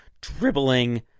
dribbling